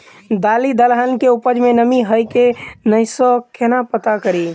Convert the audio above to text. दालि दलहन केँ उपज मे नमी हय की नै सँ केना पत्ता कड़ी?